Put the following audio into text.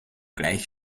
gleich